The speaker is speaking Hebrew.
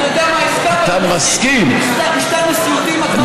משטר נשיאותי, ובהגבלת קדנציות.